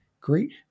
great